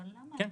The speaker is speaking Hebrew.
כן.